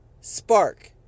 spark